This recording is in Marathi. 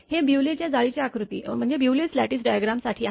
हे ब्युलेच्या जाळीच्या आकृती Bewley's lattice diagram साठी आहे